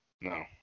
No